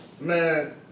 Man